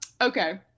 Okay